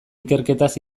ikerketaz